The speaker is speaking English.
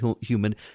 human